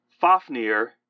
Fafnir